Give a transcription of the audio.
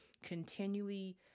continually